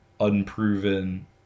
unproven